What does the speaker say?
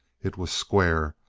it was square,